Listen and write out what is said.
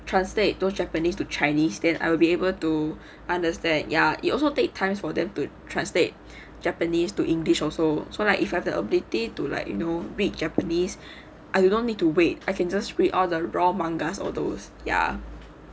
translate those japanese to chinese then I will be able to understand ya it also take times for them to translate japanese to english also so like if you have the ability to like you know read japanese I will don't need to wait I can just read all the raw mangas all those ya